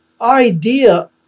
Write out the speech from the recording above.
idea